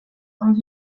dans